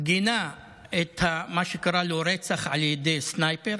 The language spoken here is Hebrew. גינה את מה שקרא לו רצח על ידי sniper,